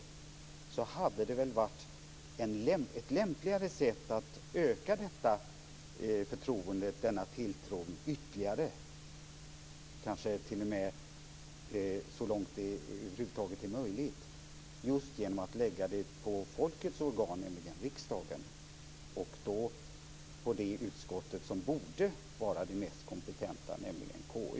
Därför hade det kanske varit lämpligare att öka detta förtroende, denna tilltro, ytterligare - kanske t.o.m. så långt som det över huvud taget är möjligt - genom att lägga det på folkets organ, nämligen riksdagen, och då på det utskott som borde vara det mest kompetenta, nämligen KU.